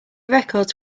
records